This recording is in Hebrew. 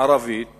ערבית